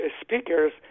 speakers